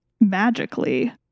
magically